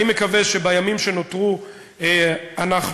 אני מקווה שבימים שנותרו כולנו,